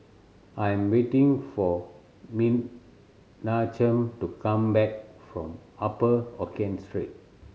I am waiting for Menachem to come back from Upper Hokkien Street